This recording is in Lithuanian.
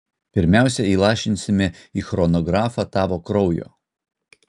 pirmiausia įlašinsime į chronografą tavo kraujo